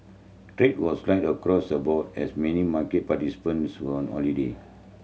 trade was light across the board as many market participants were on holiday